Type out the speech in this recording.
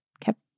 kept